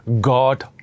God